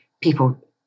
people